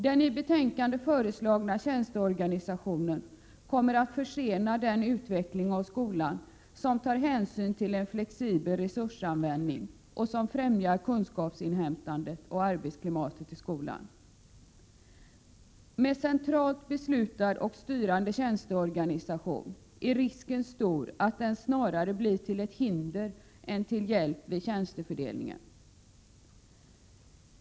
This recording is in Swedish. Den i betänkandet föreslagna tjänsteorganisationen kommer att försena den utveckling av skolan som tar hänsyn till en flexibel resursanvändning och som främjar kunskapsinhämtandet och arbetsklimatet i skolan. Med centralt beslutad och styrande tjänsteorganisation är risken stor att denna snarare blir till ett hinder än till en hjälp vid tjänstefördelningen.